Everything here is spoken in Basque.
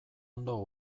ondo